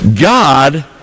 God